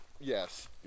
Yes